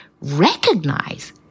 recognize